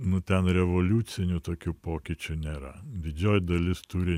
nu ten revoliucinių tokių pokyčių nėra didžioji dalis turi